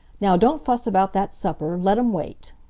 now don't fuss about that supper! let em wait.